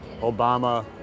Obama